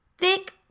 Thick